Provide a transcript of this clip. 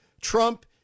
Trump